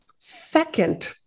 second